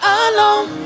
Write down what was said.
alone